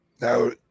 Now